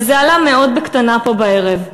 וזה עלה מאוד בקטנה פה הערב.